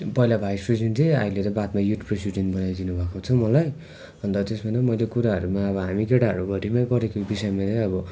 पहिला vice president थिएँ अहिले त बादमा युथ प्रेसिडेन्ट बनाइदिनु भएको छ मलाई अन्त त्यसमा चाहिँ मैले कुराहरूमा अब हामी केटाहरू भरिमै गरेको बिषयमा चाहिँ अब